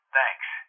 Thanks